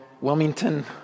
Wilmington